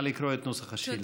נא לקרוא את נוסח השאילתה.